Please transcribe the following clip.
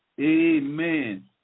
Amen